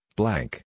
blank